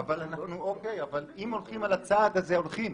אבל אם הולכים על הצעד הזה, הולכים.